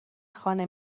خانه